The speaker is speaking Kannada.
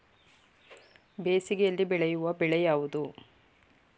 ಬೇಸಿಗೆಯಲ್ಲಿ ಬೆಳೆಯುವ ಬೆಳೆ ಯಾವುದು?